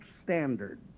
standard